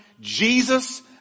Jesus